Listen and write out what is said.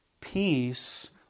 peace